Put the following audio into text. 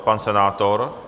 Pan senátor?